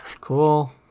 Cool